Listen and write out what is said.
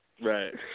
Right